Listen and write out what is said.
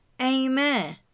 Amen